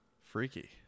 Freaky